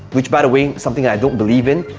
which, by the way, something i don't believe in,